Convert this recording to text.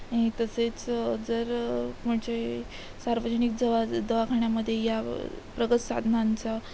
आणि तसेच जर म्हणजे सार्वजनिक जवा दवाखान्यामध्ये या प्रगत साधनांचा